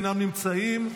אינם נמצאים,